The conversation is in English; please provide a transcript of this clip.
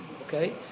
Okay